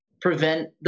prevent